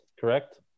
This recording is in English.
Correct